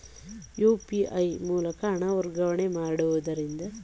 UPI ಮೂಲಕ ಹಣ ವರ್ಗಾವಣೆ ಮಾಡುವುದರಿಂದ ಅಕೌಂಟ್ ಸಂಖ್ಯೆ ಐ.ಎಫ್.ಸಿ ಕೋಡ್ ನ ಅಗತ್ಯಇಲ್ಲ